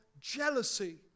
jealousy